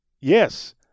Yes